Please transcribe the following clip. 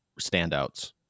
standouts